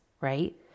right